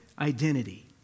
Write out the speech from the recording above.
identity